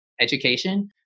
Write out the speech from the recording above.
education